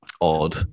odd